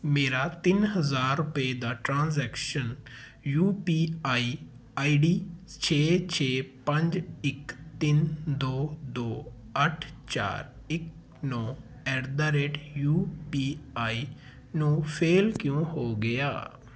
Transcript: ਮੇਰਾ ਤਿੰਨ ਹਜ਼ਾਰ ਰੁਪਏ ਦਾ transactions U P I I D ਛੇ ਛੇ ਪੰਜ ਇੱਕ ਤਿੰਨ ਦੋ ਦੋ ਅੱਠ ਚਾਰ ਇੱਕ ਨੌ ਐਟ ਦਾ ਰੇਟ ਯੂ ਪੀ ਆਈ ਨੂੰ ਫ਼ੇਲ ਕਿਉਂ ਹੋ ਗਿਆ